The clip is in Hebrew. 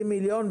מתוך 70 מיליון,